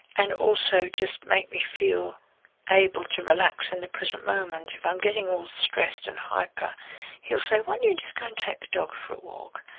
and also just make me feel able to relax in the present moment. if i'm getting all stressed and hyper he'll say, why don't you just go and take the dog for a walk?